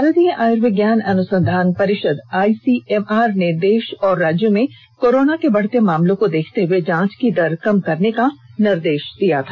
भारतीय आर्युविज्ञान अनुसंधान परिषद आईसीएमआर ने देष और राज्यों में कोरोना के बढ़ते मामलों को देखते हुये जांच की दर कम करने का निदेर्ष दिया था